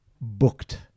Booked